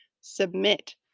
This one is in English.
Submit